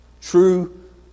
True